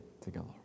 together